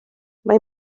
mae